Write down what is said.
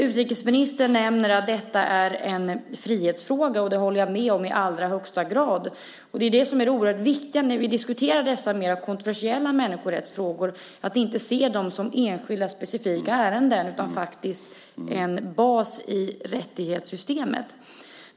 Utrikesministern nämner att detta är en frihetsfråga, och det håller jag med om i allra högsta grad. Det som är oerhört viktigt när vi diskuterar dessa mera kontroversiella människorättsfrågor är att inte se dem som enskilda specifika ärenden utan faktiskt som en bas i rättighetssystemet.